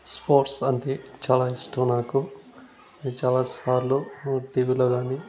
sports అంటే చాలా ఇష్టం నాకు నేన్ చాలాసార్లు టీవీలో కానీ